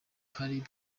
hari